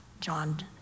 John